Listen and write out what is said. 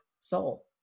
soul